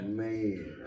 man